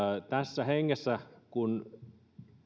tässä hengessä kun